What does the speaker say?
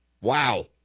Wow